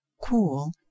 cool